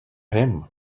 him